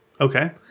Okay